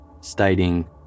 stating